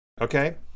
Okay